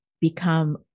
become